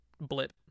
blip